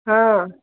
ہاں